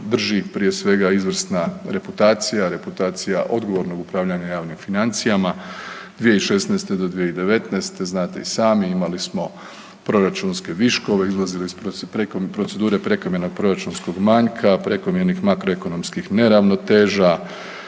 drži prije svega izvrsna reputacija, reputacija odgovornog upravljanja javnim financijama. 2016-2019., znate i sami, imali smo proračunske viškove, izlazili iz procedura prekomjernog proračunskog manjka, prekomjernih makroekonomskih neravnoteža,